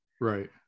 right